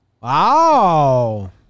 Wow